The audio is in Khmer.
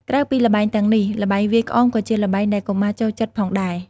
ក្រៅពីល្បែងទាំងនេះ ល្បែងវាយក្អមក៏ជាល្បែងដែលកុមារចូលចិត្តផងដែរ។